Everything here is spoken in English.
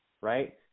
right